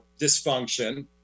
dysfunction